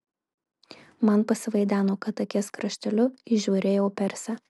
man pasivaideno kad akies krašteliu įžiūrėjau persę